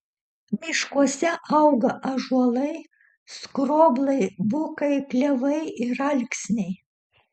miškuose auga ąžuolai skroblai bukai klevai ir alksniai